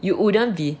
you wouldn't be